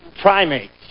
primates